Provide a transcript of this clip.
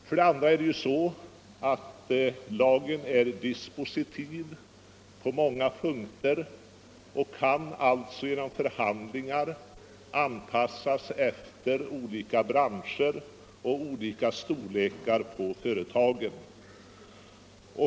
För det andra är lagen dispositiv på flera punkter. Den kan alltså genom förhandlingar anpassas efter olika branscher och olika storlekar på företagen.